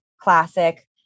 classic